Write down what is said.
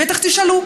בטח תשאלו: